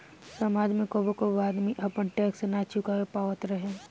समाज में कबो कबो आदमी आपन टैक्स ना चूका पावत रहे